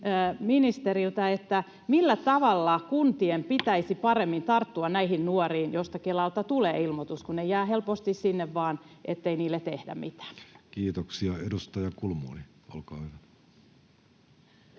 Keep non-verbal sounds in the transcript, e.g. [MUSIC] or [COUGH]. millä tavalla kuntien pitäisi [NOISE] paremmin tarttua näihin nuoriin, joista Kelalta tulee ilmoitus, kun he jäävät helposti sinne vaan, ettei heille tehdä mitään? Kiitoksia. — Edustaja Kulmuni, olkaa hyvä.